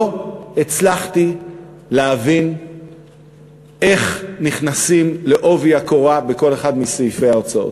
לא הצלחתי להבין איך נכנסים בעובי הקורה בכל אחד מסעיפי ההוצאות.